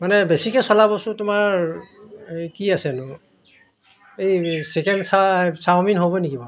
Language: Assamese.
মানে বেছিকৈ চলা বস্তু তোমাৰ এই কি আছেনো এই চিকেন চাওমিন হ'ব নেকি বাৰু